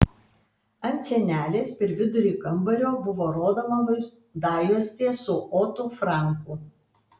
ant sienelės per vidurį kambario buvo rodoma vaizdajuostė su otu franku